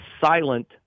silent